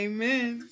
Amen